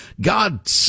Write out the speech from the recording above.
God